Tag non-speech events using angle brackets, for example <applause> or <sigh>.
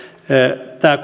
tämä <unintelligible>